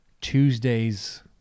Tuesday's